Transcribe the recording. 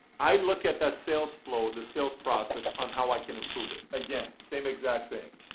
i look at that sales flow, the sales process, on how i can improve it. again, same exact thing.